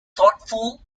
thoughtful